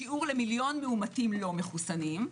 שיעור למיליון מאומתים לא מחוסנים,